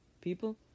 People